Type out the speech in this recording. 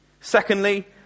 Secondly